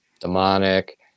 demonic